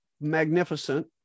magnificent